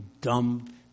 dump